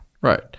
Right